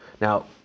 Now